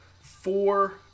four